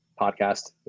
Podcast